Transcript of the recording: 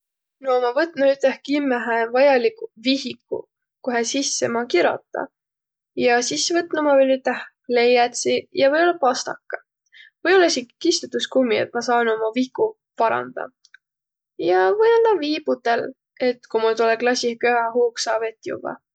No ma võtnuq üteh kimmähe vajalikuq vihikuq, kohe sisse ma kirota ja sis võtnuq ma viil üteh pleiädsiq ja või-ollaq pastaka. või-ollaq eski kistutuskummi, et ma saanu umma vihku parandaq. Ja või-ollaq vii putel, et ku mul tulõ klassih köhahuug, saa vett juvvaq.